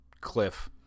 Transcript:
Cliff